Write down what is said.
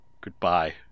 goodbye